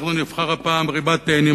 אנחנו נבחר הפעם ריבת תאנים.